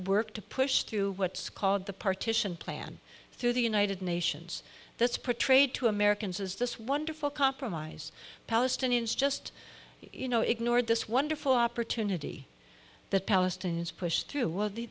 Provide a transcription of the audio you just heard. work to push through what's called the partition plan through the united nations that's portrayed to americans as this wonderful compromise palestinians just you know ignored this wonderful opportunity that palestinians pushed through